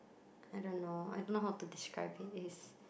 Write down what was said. I don't know I don't know how it describe it is